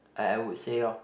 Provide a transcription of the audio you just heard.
I I would say lor